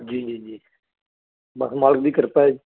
ਜੀ ਜੀ ਜੀ ਬਸ ਮਾਲਕ ਦੀ ਕਿਰਪਾ